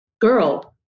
girl